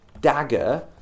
dagger